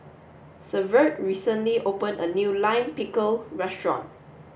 Severt recently opened a new Lime Pickle restaurant